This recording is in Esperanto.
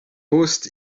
post